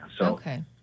Okay